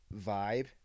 vibe